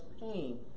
pain